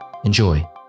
Enjoy